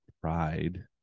pride